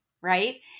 right